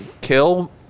Kill